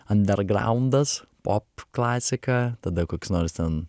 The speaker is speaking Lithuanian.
andergraundas pop klasika tada koks nors ten